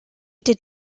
did